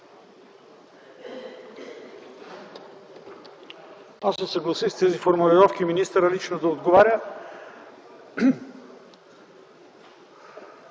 се съгласих с тези формулировки – министърът лично да отговаря.